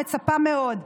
מצפה מאוד,